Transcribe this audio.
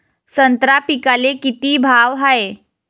संत्रा पिकाले किती भाव हाये?